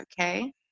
okay